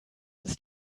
ist